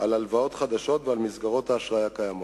על הלוואות חדשות ועל מסגרות האשראי הקיימות.